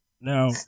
Now